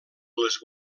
les